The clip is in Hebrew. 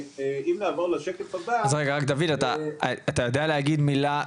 אתה יודע להגיד מילה,